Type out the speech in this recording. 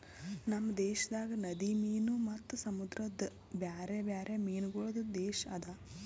ನಮ್ ದೇಶದಾಗ್ ನದಿ ಮೀನು ಮತ್ತ ಸಮುದ್ರದ ಬ್ಯಾರೆ ಬ್ಯಾರೆ ಮೀನಗೊಳ್ದು ದೇಶ ಅದಾ